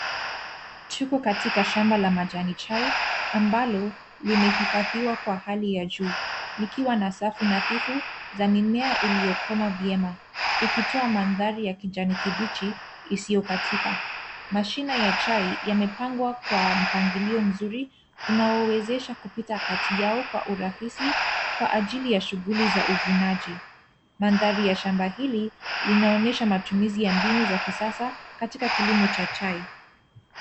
Tuko katika shamba la majani chai ambalo limehifadhiwa kwa hali ya juu likiwa na safu nadhifu za mimea iliyokomaa vyema ikitoa mandhari ya kijani kibichi isiyokatika. Mashina ya chai yamepangwa kwa mpangilio mzuri unaowezesha kupita kati yao kwa urahisi kwa ajili ya shughuli za uvunaji. Mandhari ya shamba hili linaonyesha matumizi ya mbinu za kisasa katika kilimo cha chai.